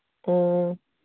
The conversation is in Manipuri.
ꯑꯣ